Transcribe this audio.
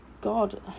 God